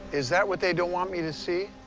is that what they don't want me to see?